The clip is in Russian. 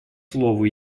слово